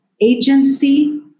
agency